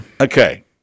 Okay